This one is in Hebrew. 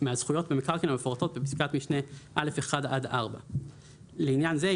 מהזכויות במקרקעין המפורטות בפסקת משנה (א)(1) עד (4); לעניין זה,